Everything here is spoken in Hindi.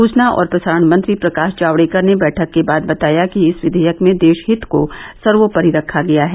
सूचना और प्रसारण मंत्री प्रकाश जावड़ेकर ने बैठक के बाद बताया कि इस विघेयक में देश हित को सर्वोपरि रखा गया है